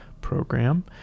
Program